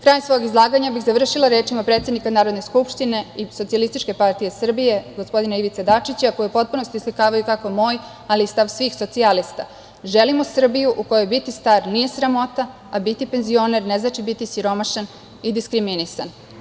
Kraj svog izlaganja bih završila rečima predsednika Narodne skupštine i Socijalističke partije Srbije, gospodina Ivice Dačića, koje u potpunosti oslikavaju kako moj, ali i stav svih socijalista: „Želimo Srbiju u kojoj biti star nije sramota, a biti penzioner ne znači biti siromašan i diskriminisan.